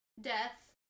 death